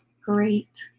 great